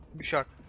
we shot